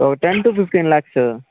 ten to fifteen lakhs